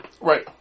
Right